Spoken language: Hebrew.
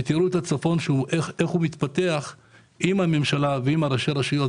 ותראו איך הצפון מתפתח עם הממשלה ועם ראשי הרשויות,